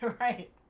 Right